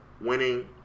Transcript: winning